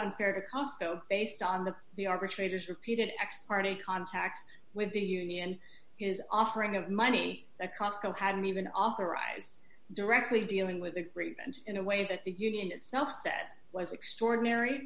unfair to cosco based on the the arbitrators repeated acts party contacts with the union is offering of money that comes go hadn't even authorized directly dealing with the group and in a way that the union itself said was extraordinary